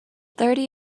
thirty